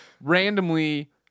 randomly